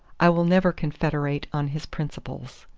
i will never confederate on his principles.